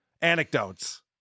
anecdotes